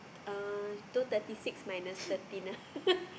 uh two thirty six minus thirteen ah